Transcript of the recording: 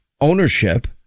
ownership